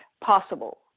possible